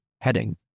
Heading